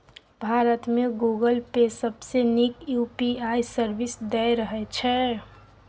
भारत मे Google pay सबसँ नीक यु.पी.आइ सर्विस दए रहल छै